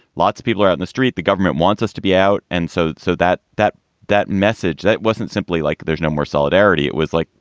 lots of people are out in the street. the government wants us to be out. and so so that that that message that wasn't simply like there's no more solidarity. it was like,